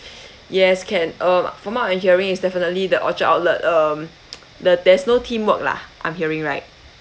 yes can uh from what I'm hearing is definitely the orchard outlet um the there's no teamwork lah I'm hearing right